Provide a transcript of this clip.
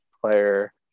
player